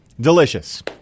Delicious